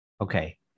Okay